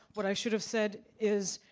what i should have said is,